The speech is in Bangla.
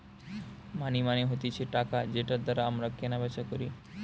মানি মানে হতিছে টাকা যেটার দ্বারা আমরা কেনা বেচা করি